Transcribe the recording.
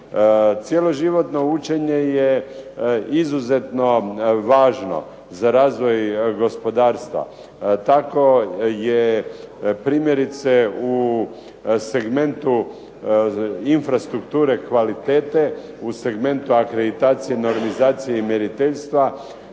Cjeloživotno učenje je izuzetno važno, za razvoj gospodarstva, tako je primjerice u segmentu infrastrukture kvalitete, u segmentu akreditacije, normizacije i mjeriteljstva